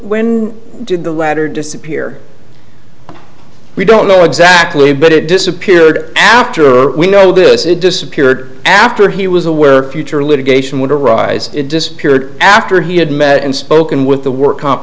when did the latter disappear we don't know exactly but it disappeared after we know this it disappeared after he was aware future litigation would arise it disappeared after he had met and spoken with the work comp